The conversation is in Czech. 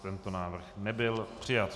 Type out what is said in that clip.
Tento návrh nebyl přijat.